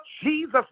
Jesus